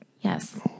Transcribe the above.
Yes